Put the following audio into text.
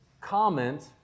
comment